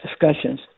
discussions